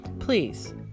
Please